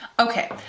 okay,